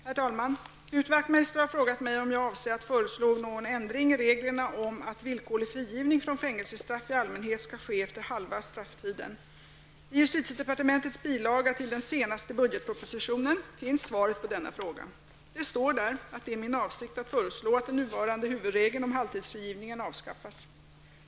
Herr talman! Knut Wachtmeister har frågat mig om jag avser att föreslå någon ändring i reglerna om att villkorlig frigivning från fängelsestraff i allmänhet skall ske efter halva strafftiden. I justitiedepartementets bilaga till den senaste budgetpropositionen finns svaret på denna fråga. Det står där att det är min avsikt att föreslå att den nuvarande huvudregeln om halvtidsfrigivning avskaffas.